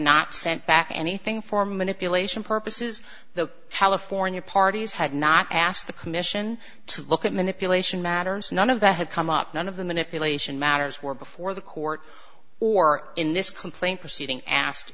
not sent back anything for manipulation purposes the california parties had not asked the commission to look at manipulation matters none of that had come up none of the manipulation matters were before the court or in this complaint proceeding asked